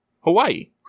Hawaii